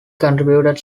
contributed